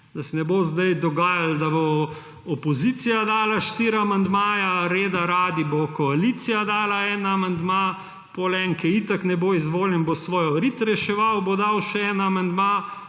Da se ne bo zdaj dogajalo, da bo opozicija dala štiri amandmaje, reda radi bo koalicija dala en amandma, potem bo nekdo, ki itak ne bo izvoljen, svojo rit reševal, bo dal še en amandma,